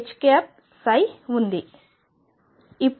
ఉంది